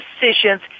decisions